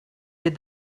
did